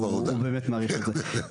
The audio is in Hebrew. הוא באמת מעריך את זה.